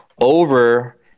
over